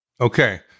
Okay